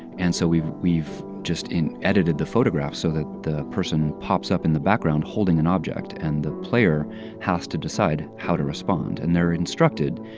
and so we've we've just edited the photographs so that the person pops up in the background holding an object. and the player has to decide how to respond. and they're instructed,